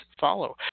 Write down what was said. follow